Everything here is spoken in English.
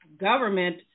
government